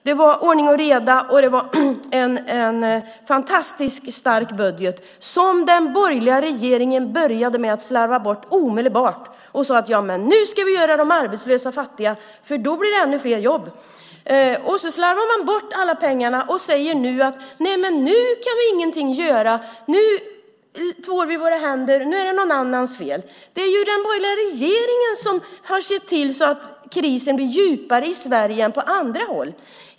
Det var ordning och reda, och det var en fantastiskt stark budget som den borgerliga regeringen omedelbart slarvade bort. Man sade: Nu ska vi göra de arbetslösa fattiga, för då blir det ännu fler jobb! Så slarvade man bort alla pengar, och nu säger man att man inget kan göra. Nu tvår man sina händer och säger att det är någon annans fel. Det är ju den borgerliga regeringen som har sett till att krisen blir djupare i Sverige än på andra håll.